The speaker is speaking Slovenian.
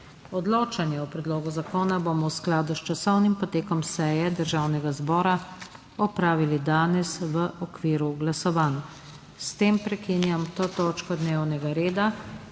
Odločanje o predlogu zakona bomo v skladu s časovnim potekom seje Državnega zbora opravili danes v okviru glasovanj. S tem prekinjam to točko dnevnega reda.